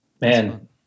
Man